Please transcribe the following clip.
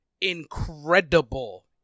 incredible